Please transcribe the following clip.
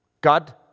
God